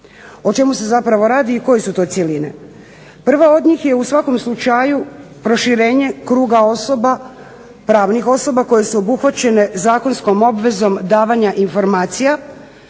O čemu se zapravo radi i koje su to cjeline? Prva od njih je u svakom slučaju proširenje kruga osoba, pravnih osoba, koje su obuhvaćene zakonskom obvezom davanja informacija,